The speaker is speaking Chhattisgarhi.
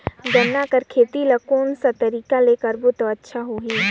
गन्ना के खेती ला कोन सा तरीका ले करबो त अच्छा होही?